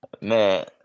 man